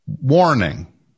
warning